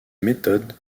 méthode